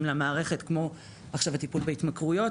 למערכת כמו עכשיו הטיפול בהתמכרויות,